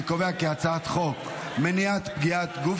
אני קובע כי הצעת חוק מניעת פגיעת גוף